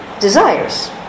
desires